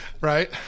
Right